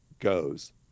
goes